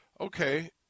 okay